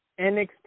NXT